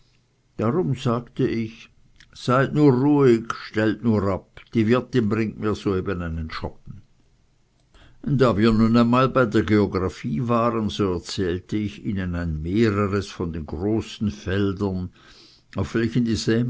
darum sagte ich seid nur rüihig stellt nur ab die wirtin bringt mir soeben einen schoppen da wir nun einmal bei der geographie waren so erzählte ich ihnen ein mehreres von den großen feldern auf welchen